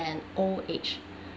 and old age